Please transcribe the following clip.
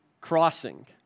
crossing